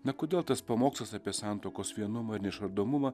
na kodėl tas pamokslas apie santuokos vienumą ir neišardomumą